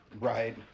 Right